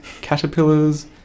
caterpillars